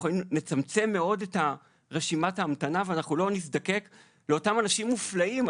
אנחנו נצמצם מאוד את רשימת ההמתנה ולא נזדקק לאותם אנשים מופלאים,